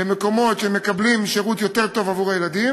למקומות שבהם הם מקבלים שירות טוב יותר עבור הילדים,